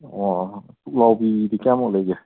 ꯑꯣ ꯄꯨꯛꯂꯥꯎꯕꯤꯗꯤ ꯀꯌꯥꯃꯨꯛ ꯂꯩꯒꯦ